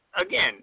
again